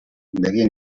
begien